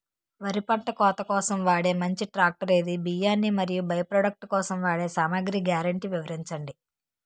వరి పంట కోత కోసం వాడే మంచి ట్రాక్టర్ ఏది? బియ్యాన్ని మరియు బై ప్రొడక్ట్ కోసం వాడే సామాగ్రి గ్యారంటీ వివరించండి?